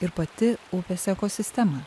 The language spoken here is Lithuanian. ir pati upės ekosistema